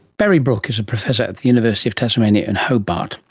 barry brook is a professor at the university of tasmania in hobart.